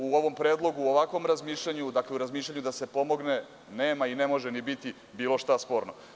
U ovom predlogu, u ovakvom razmišljanju, dakle, u razmišljanju da se pomogne nema i ne može ni biti bilo šta sporno.